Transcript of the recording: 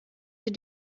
sie